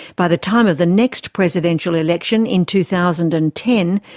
by the time of the next presidential election in two thousand and ten,